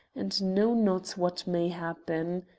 and know not what may happen.